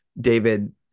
David